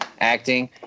acting